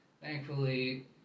thankfully